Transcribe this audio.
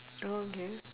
oh okay